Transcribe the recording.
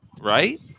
right